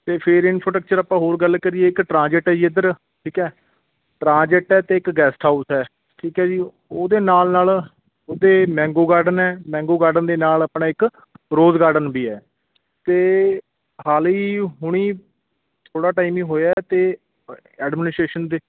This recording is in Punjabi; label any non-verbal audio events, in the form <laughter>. ਅਤੇ ਫਿਰ ਇਨਫੋਟਕਚਰ ਆਪਾਂ ਹੋਰ ਗੱਲ ਕਰੀਏ ਇੱਕ ਟ੍ਰਾਂਜੈੱਟ ਹੈ ਜੀ ਇੱਧਰ ਠੀਕ ਹੈ ਟ੍ਰਾਂਜੈੱਟ ਹੈ ਅਤੇ ਇੱਕ ਗੈਸਟ ਹਾਊਸ ਹੈ ਠੀਕ ਹੈ ਜੀ ਉਹਦੇ ਨਾਲ ਨਾਲ ਉਹਦੇ ਮੈਂਗੋ ਗਾਰਡਨ ਹੈ ਮੈਂਗੋ ਗਾਰਡਨ ਦੇ ਨਾਲ ਆਪਣੇ ਇੱਕ ਰੋਜ਼ ਗਾਰਡਨ ਵੀ ਹੈ ਅਤੇ ਹਾਲੇ ਹੀ ਹੁਣ ਹੀ ਥੋੜ੍ਹਾ ਟਾਈਮ ਹੀ ਹੋਇਆ ਅਤੇ <unintelligible> ਐਡਮਿਨਿਸਟ੍ਰੇਸ਼ਨ ਦੇ